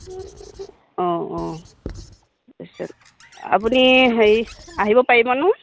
অঁ অঁ তাৰপাছত আপুনি হেৰি আহিব পাৰিব নহয়